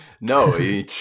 No